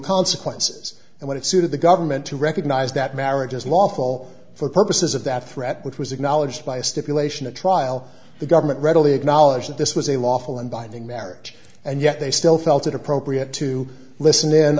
consequences and when it suited the government to recognize that marriage as lawful for purposes of that threat which was acknowledged by a stipulation a trial the government readily acknowledge that this was a lawful and binding marriage and yet they still felt it appropriate to listen in